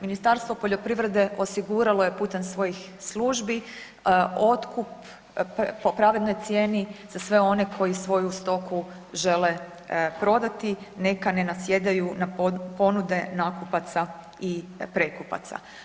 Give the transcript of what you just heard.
Ministarstvo poljoprivrede osiguralo je putem svojih službi otkup po pravednoj cijeni za sve one koji svoju stoku žele prodati, neka ne nasjedaju na ponude nakupaca i prekupaca.